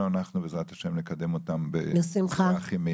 אנחנו נקדם אותם בצורה הכי מהירה שאפשר.